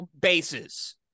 bases